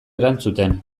erantzuten